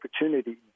opportunity